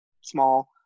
small